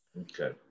Okay